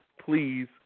please